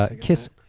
Kiss